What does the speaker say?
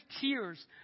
tears